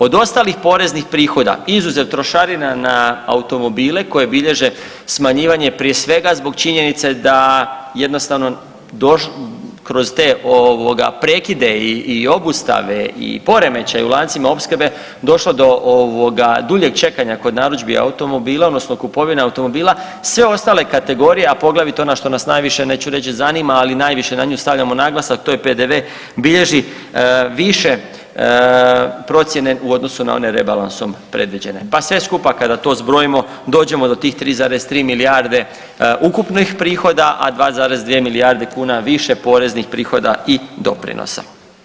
Od ostalih poreznih prihoda izuzev trošarina na automobile koji bilježe smanjivanje prije svega zbog činjenice da jednostavno kroz te ovoga prekide i obustave i poremećaje u lancima opskrbe došlo do ovoga duljeg čekanja kod narudžbi automobila odnosno kupovine automobila, sve ostale kategorije, a poglavito ona što nas najviše neću reć zanima, ali najviše na nju stavljamo naglasak, a to je PDV, bilježi više procjene u odnosu na one rebalansom predviđene, pa sve skupa kada to zbrojimo dođemo do tih 3,3 milijarde ukupnih prihoda, a 2,2 milijarde kuna više poreznih prihoda i doprinosa.